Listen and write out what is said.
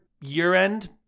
year-end